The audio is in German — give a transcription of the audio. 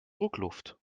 druckluft